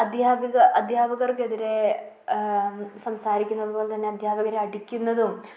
അദ്ധ്യാപിക അധ്യാപകർക്കെതിരെ സംസാരിക്കുന്നതുപോലെത്തന്നെ അദ്ധ്യാപകരെ അടിക്കുന്നതും